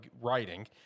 writing